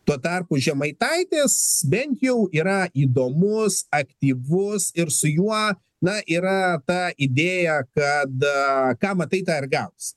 tuo tarpu žemaitaitis bent jau yra įdomus aktyvus ir su juo na yra ta idėja kad ką matai tą ir gausi